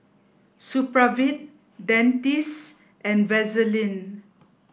Supravit Dentiste and Vaselin